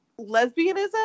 lesbianism